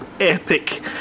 epic